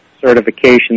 certification